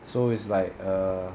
so is like err